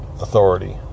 authority